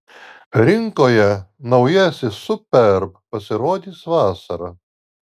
rinkoje naujasis superb pasirodys vasarą